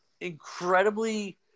incredibly